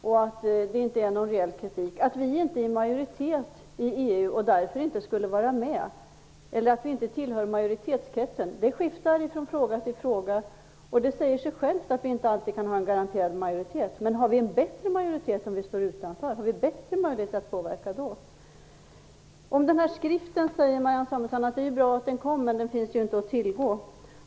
Det är inte någon reell kritik som hon har att komma med. Hon säger att vi inte tillhör majoritetskretsen i EU och därför inte skulle vara med. Men det skiftar från fråga till fråga. Det säger sig självt att vi inte alltid kan ha en garanterad majoritet. Men har vi en bättre majoritet om vi står utanför? Har vi bättre möjligheter att påverka då? Marianne Samuelsson säger att det är bra att den här skriften ges ut, men att den inte finns att tillgå.